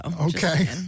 Okay